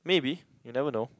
maybe you never know